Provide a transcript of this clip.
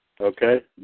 Okay